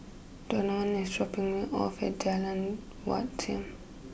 Donavon is dropping me off at Jalan Wat Siam